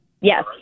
Yes